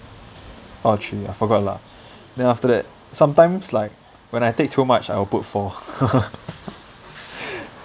or three ah I forgot lah then after that sometimes like when I take too much I will put four